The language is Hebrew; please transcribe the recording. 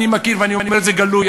אני מכיר ואני אומר את זה גלוי,